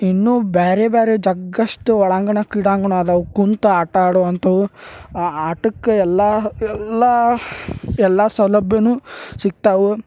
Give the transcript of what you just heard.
ಇನ್ನು ಬ್ಯಾರೆ ಬ್ಯಾರೆ ಜಗ್ಗಷ್ಟು ಒಳಾಂಗಣ ಕ್ರೀಡಾಂಗಣ ಅದಾವು ಕುಂತು ಆಟಾಡುವಂಥವು ಆ ಆಟಕ್ಕೆ ಎಲ್ಲಾ ಎಲ್ಲಾ ಎಲ್ಲಾ ಸೌಲಭ್ಯವು ಸಿಕ್ತಾವು